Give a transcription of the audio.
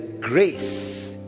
grace